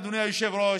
אדוני היושב-ראש,